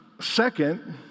Second